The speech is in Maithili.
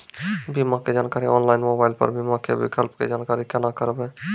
बीमा के जानकारी ऑनलाइन मोबाइल पर बीमा के विकल्प के जानकारी केना करभै?